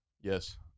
Yes